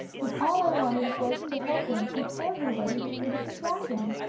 when all i wanted was to help him and everybody get rid of the dragon.